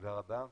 תודה רבה.